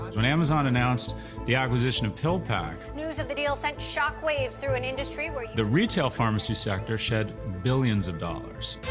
when amazon announced the acquisition of pill pack. news of the deal sent shockwaves through an industry. the retail pharmacy sector shed billions of dollars.